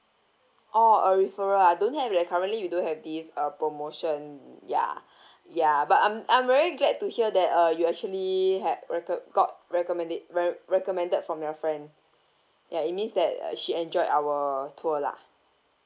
oh a referral ah don't have that currently we don't have this uh promotion ya ya but I'm I'm very glad to hear that uh you actually had recomm~ got recommend it re~ recommended from your friend ya it means that uh she enjoyed our tour lah